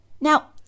Now